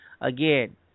again